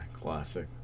classic